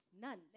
None